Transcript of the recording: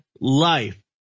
life